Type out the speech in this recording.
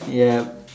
yup